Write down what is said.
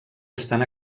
estan